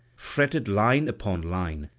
fretted line upon line,